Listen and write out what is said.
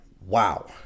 wow